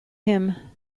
him